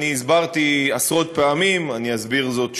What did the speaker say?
אני הסברתי עשרות פעמים, אני אסביר זאת שוב.